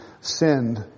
sinned